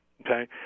Okay